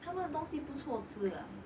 他们的东西不错吃 lah